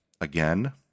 again